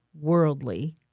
worldly